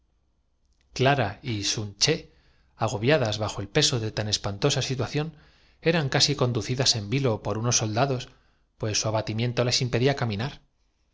clara y sun ché agobiadas bajo el peso de tan es sistema de la desinalterabilidad de que el malogrado pantosa situación eran casi conducidas en vilo por don sindulfo les enseñó á hacer uso en su primer unos soldados pues su abatimiento las impedía cami